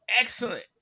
Excellent